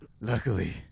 Luckily